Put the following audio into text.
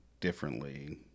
differently